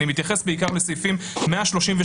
ואני מתייחס בעיקר לסעיפים 133-138,